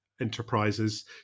enterprises